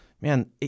man